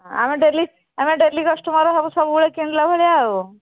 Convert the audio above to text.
ଆମେ ଡେଲି ଆମେ daily customer ହେବୁ ସବୁବେଳେ କିଣିଲା ଭଳିଆ ଆଉ